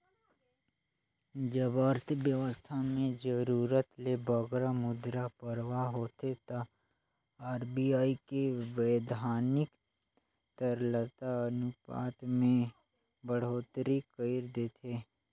जब अर्थबेवस्था में जरूरत ले बगरा मुद्रा परवाह होथे ता आर.बी.आई बैधानिक तरलता अनुपात में बड़होत्तरी कइर देथे